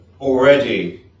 already